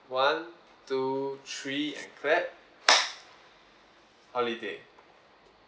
one two three and clap holiday